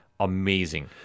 Amazing